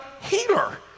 healer